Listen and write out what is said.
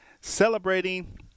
celebrating